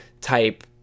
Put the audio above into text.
type